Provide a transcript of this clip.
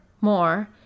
more